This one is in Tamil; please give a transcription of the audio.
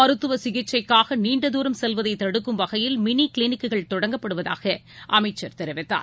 மருத்துவசிகிச்சைக்காகநீண்ட தூரம் செல்வதைதடுக்கும் வகையில் மினிகிளினிக் கள் தொடங்கப்படுவதாகஅமைச்சர் தெரிவித்தார்